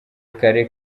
kare